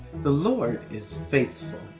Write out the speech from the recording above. the lord is faithful.